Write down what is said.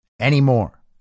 anymore